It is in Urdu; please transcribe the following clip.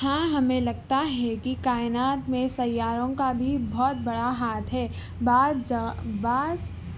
ہاں ہمیں لگتا ہے کہ کائنات میں سیاروں کا بھی بہت بڑا ہاتھ ہے بعض بعض